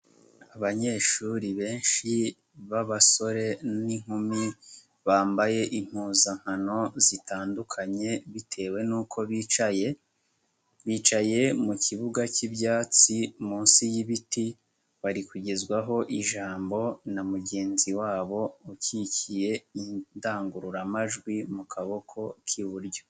Abanyeshuri benshi b'abasore n'inkumi, bambaye impuzankano zitandukanye bitewe n'uko bicaye, bicaye mu kibuga cy'ibyatsi munsi y'ibiti, bari kugezwaho ijambo na mugenzi wabo ukikiye indangururamajwi mu kaboko k'iburyo.